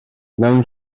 mewn